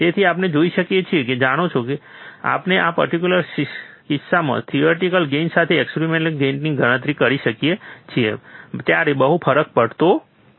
તેથી આપણે જોઈએ છીએ કે તમે જાણો છો જ્યારે આપણે આ પર્ટીક્યુલર કિસ્સામાં થિયોરિટીકલ ગેઇન સાથે એક્સપેરિમેન્ટ ગેઇનની ગણતરી કરીએ છીએ ત્યારે બહુ ફરક પડતો નથી